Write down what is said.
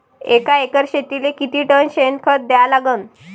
एका एकर शेतीले किती टन शेन खत द्या लागन?